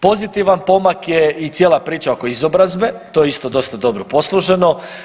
Pozitivan pomak je i cijela priča oko izobrazbe, to je isto dosta dobro posloženo.